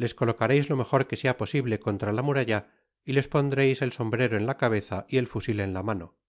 les colocareis lo mejor que sea posible contra la muralla y les pondreis el sombrero en la cabeza y el fusil en la mano oh